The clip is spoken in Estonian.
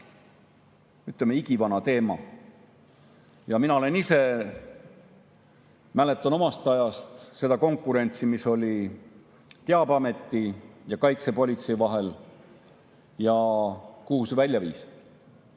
ütleme, igivana teema. Mina mäletan omast ajast seda konkurentsi, mis oli Teabeameti ja kaitsepolitsei vahel ja kuhu see välja viis.